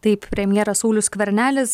taip premjeras saulius skvernelis